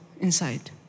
inside